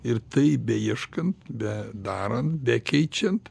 ir taip beieškant be darant bekeičiant